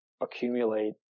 accumulate